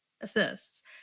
assists